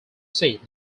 seat